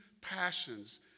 passions